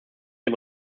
dem